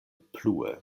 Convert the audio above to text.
plue